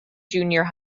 junior